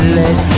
let